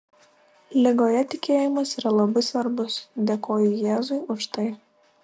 ligoje tikėjimas yra labai svarbus dėkoju jėzui už tai